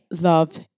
love